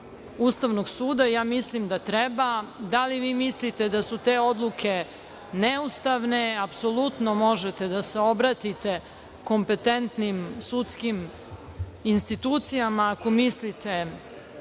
Ustavnog suda. Ja mislim da treba. Da li vi mislite da su te odluke neustavne, apsolutno možete da se obratite kompetentnim sudskim institucijama ako mislite